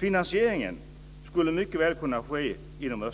Finansieringen skulle mycket väl kunna ske inom